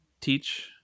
teach